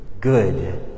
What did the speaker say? Good